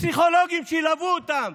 פסיכולוגים שילוו אותם,